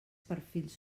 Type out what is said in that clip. perfils